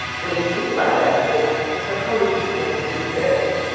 when into my lab walks a psychologist named elissa epel.